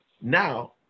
Now